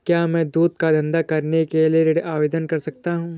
क्या मैं दूध का धंधा करने के लिए ऋण आवेदन कर सकता हूँ?